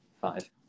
five